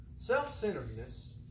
Self-centeredness